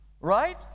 Right